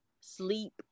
sleep